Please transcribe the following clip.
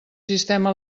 sistema